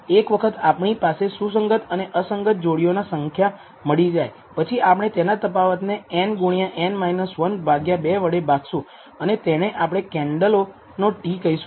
એક વખત આપણી પાસે સુસંગત અને અસંગત જોડીઓની સંખ્યા મળી જાય પછી આપણે તેના તફાવતને n ગુણ્યા n 1 ભાગ્યા 2 વડે ભાગશું અને તેને આપણે કેન્ડલનો T કહીશું